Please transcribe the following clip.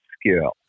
skill